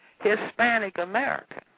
Hispanic-American